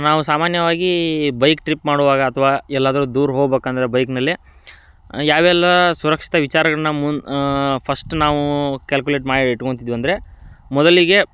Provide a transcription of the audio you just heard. ನಾವು ಸಾಮಾನ್ಯವಾಗಿ bike trip ಮಾಡುವಾಗ ಅಥವಾ ಎಲ್ಲಾದರೂ ದೂರ ಹೋಬೇಕಂದ್ರೆ ಬೈಕ್ನಲ್ಲಿ ಯಾವೆಲ್ಲ ಸುರಕ್ಷಿತ ವಿಚಾರಗಳನ್ನ ಮುಂದೆ ಫಸ್ಟ್ ನಾವು ಕ್ಯಾಲ್ಕ್ಯುಲೇಟ್ ಮಾಡಿ ಇಟ್ಗೊಂತಿದ್ವಿ ಅಂದರೆ ಮೊದಲಿಗೆ